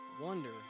wonder